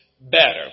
better